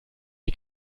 die